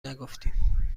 نگفتیم